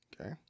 Okay